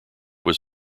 was